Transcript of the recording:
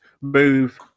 move